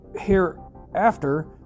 hereafter